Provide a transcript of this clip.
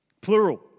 plural